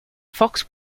fox